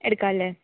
എടുക്കാം അല്ലേ